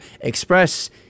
Express